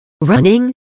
Running